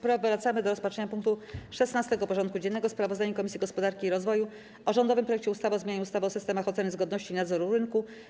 Powracamy do rozpatrzenia punktu 16. porządku dziennego: Sprawozdanie Komisji Gospodarki i Rozwoju o rządowym projekcie ustawy o zmianie ustawy o systemach oceny zgodności i nadzoru rynku.